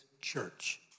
church